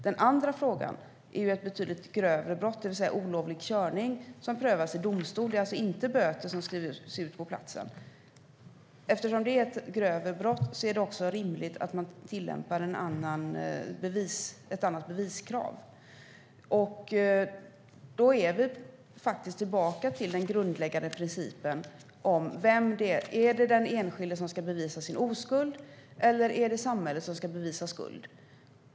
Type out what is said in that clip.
Den andra frågan gäller ett betydligt grövre brott, olovlig körning, som prövas i domstol. Det är alltså inte fråga om böter som skrivs ut på platsen. Eftersom det är ett grövre brott är det också rimligt att man tillämpar ett annat beviskrav. Då kommer man tillbaka till den grundläggande principen: Är det den enskilde som ska bevisa sin oskuld eller är det samhället som ska bevisa skuld?